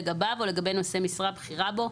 לגביו או לגבי נושא משרה בכירה בו,